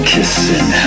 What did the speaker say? Kissing